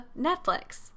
Netflix